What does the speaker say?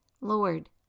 Lord